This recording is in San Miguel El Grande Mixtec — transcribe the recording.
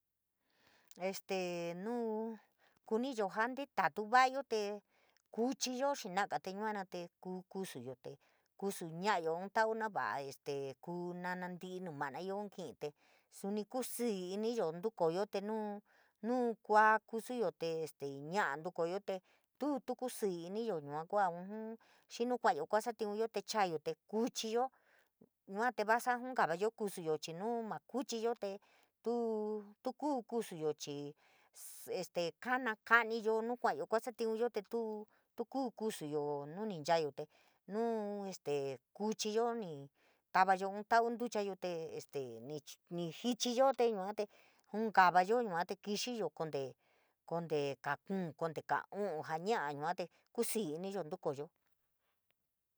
Este nuu kuniyo jaa nteta va’ayo te, kuchiyo xi naga te yuana te kuu kusuyo te kusu ña’ayo ínn tau navo’a este kuu nana ntii nu manayan kii, te suni kusíí iniyo ntukooyo te tuu tu kusíí iniyo, yua kuua ujun xii kua’ayo kasitiunyo te chaayo te kuuchiyo, yua te vasa junkavayo kusuyo chii, este kana kana ka’aniyo nuu kua’ayo kasatiunyo te tuu tu kuu kusuyo, nuu ni nchayo te este ni ni jichiyo te yua te junkavayo, yua te kixiyo konte konte kaa kuun, kaa u’u, ja ña’a yua te kusíí iniyo te ntukoyo.